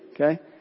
okay